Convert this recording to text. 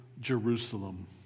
Jerusalem